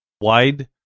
wide